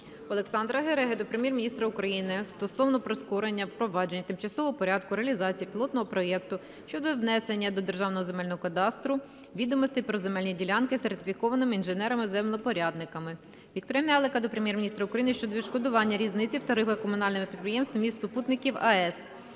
Олександра Гереги до Прем'єр-міністра України стосовно прискорення впровадження тимчасового порядку реалізації пілотного проекту щодо внесення до Державного земельного кадастру відомостей про земельні ділянки сертифікованими інженерами-землевпорядниками. Віктора М'ялика до Прем'єр-міністра України щодо відшкодування різниці в тарифах комунальним підприємствам міст-супутників АЕС.